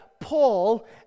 Paul